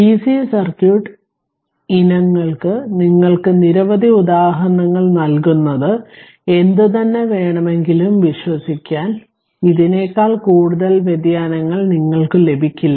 DC circuit ഇനങ്ങൾക്ക് നിങ്ങൾക്കു നിരവധി ഉദാഹരണങ്ങൾ നൽകുന്നത് എന്തുതന്നെ വേണമെങ്കിലും വിശ്വസിക്കാൻ ഇതിനേക്കാൾ കൂടുതൽ വ്യതിയാനങ്ങൾ നിങ്ങൾക്കു ലഭിക്കില്ല